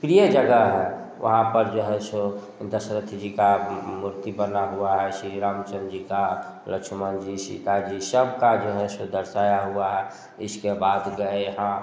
प्रिय जगह है वहाँ पर जो है सो दशरथ जी का मूर्ति बना हुआ है श्री रामचंद्र जी का लक्षमण जी सीता जी सब का जो है सो दर्शाया हुआ है इसके बाद गए यहाँ